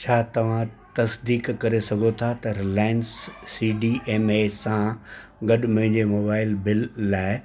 छा तव्हां तस्दीक करे सघो था त Reliance C D M A सां गॾु मुंहिंजे मोबाइल बिल लाइ